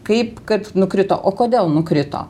kaip kad nukrito o kodėl nukrito